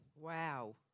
Wow